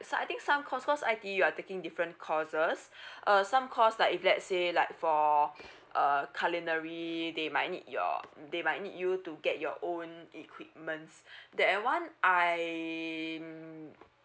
I think some course course I_T_E you are taking different courses uh some course like if let's say like for uh culinary they might need your they might need you to get your own equipments that one I mm